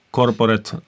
corporate